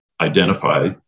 identify